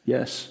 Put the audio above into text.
Yes